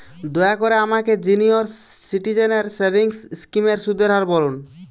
দয়া করে আমাকে সিনিয়র সিটিজেন সেভিংস স্কিমের সুদের হার বলুন